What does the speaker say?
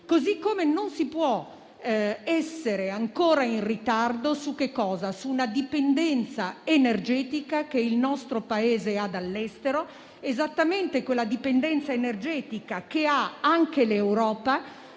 Così come non si può essere ancora in ritardo su una dipendenza energetica che il nostro Paese ha dall'estero. È esattamente la stessa dipendenza energetica che ha anche l'Europa,